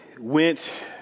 went